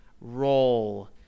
roll